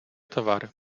towary